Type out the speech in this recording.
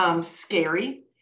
Scary